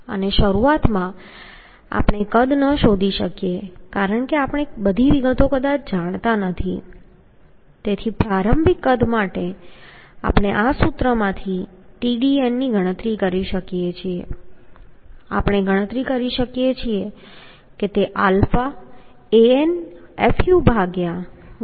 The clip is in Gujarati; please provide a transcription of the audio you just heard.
અને શરૂઆતમાં આપણે કદાચ શોધી ન શકીએ કારણ કે આપણે બધી વિગતો કદાચ જાણતા નથી તેથી પ્રારંભિક કદ માટે આપણે આ સૂત્રમાંથી Tdn ની ગણતરી કરી શકીએ છીએ આપણે ગણતરી કરી શકીએ છીએ કે તે ɑAnfuɣm1 હશે